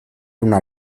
una